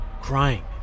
crying